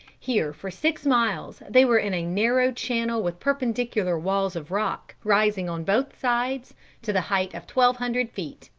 here for six miles they were in a narrow channel with perpendicular walls of rock, rising on both sides to the height of twelve hundred feet.